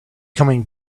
coming